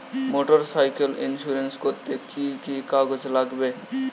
Motorcycle insurance করতে কি কি কাগজ লাগবে?